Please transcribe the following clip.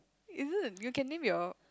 isn't you can name your